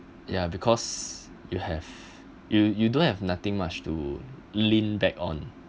ya because you have you you don't have nothing much to lean back on